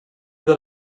that